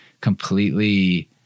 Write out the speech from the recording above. completely